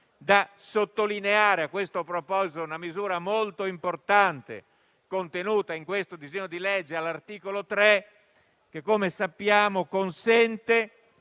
Da sottolineare a questo proposito una misura molto importante contenuta nel disegno di legge all'articolo 3, che consente